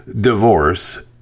divorce